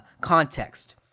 context